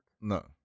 No